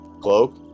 cloak